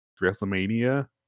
WrestleMania